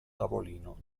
tavolino